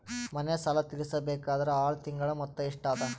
ಮನೆ ಸಾಲ ತೀರಸಬೇಕಾದರ್ ಆರ ತಿಂಗಳ ಮೊತ್ತ ಎಷ್ಟ ಅದ?